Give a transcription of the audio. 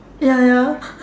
ya ya